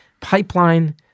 pipeline